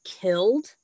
killed